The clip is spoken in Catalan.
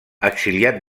exiliat